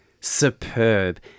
superb